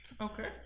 Okay